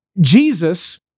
Jesus